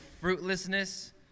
fruitlessness